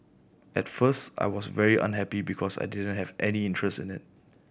at first I was very unhappy because I didn't have any interest in it